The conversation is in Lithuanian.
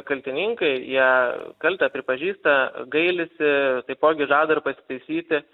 kaltininkai jie kaltę pripažįsta gailisi taipogi žada ir pasitaisyti